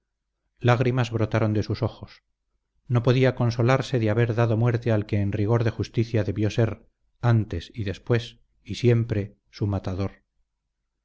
lágrimas brotaron de sus ojos no podía consolarse de haber dado muerte al que en rigor de justicia debió ser antes y después y siempre su matador